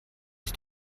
ist